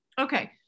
Okay